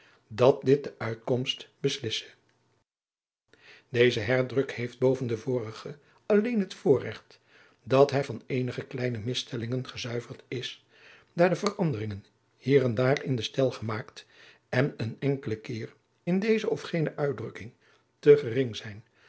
dat dit de uitkomst beslisse deze herdruk heeft boven den vorigen alleen het voorregt dat hij van eenige kleine misstellingen gezuiverd is daar de veranderingen hier en daar in den stijl gemaakt en een enkelen keer in deze of gene uitdrukking te gering zijn